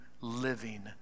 living